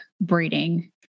breeding